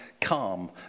calm